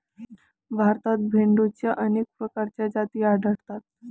भारतात भेडोंच्या अनेक प्रकारच्या जाती आढळतात